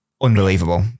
unbelievable